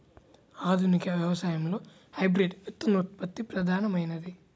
ఆధునిక వ్యవసాయంలో హైబ్రిడ్ విత్తనోత్పత్తి ప్రధానమైనది